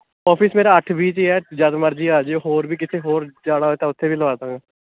office ਮੇਰਾ ਅੱਠ B 'ਚ ਹੈ ਜਦ ਮਰਜ਼ੀ ਆ ਜਾਉ ਹੋਰ ਵੀ ਕਿਤੇ ਹੋਰ ਜਾਣਾ ਹੋਏ ਤਾਂ ਉੱਥੇ ਵੀ ਲਵਾ ਦੇਵਾਂਗਾ